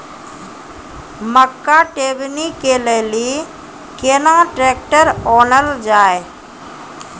मक्का टेबनी के लेली केना ट्रैक्टर ओनल जाय?